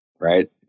Right